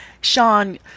Sean